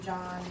John